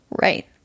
Right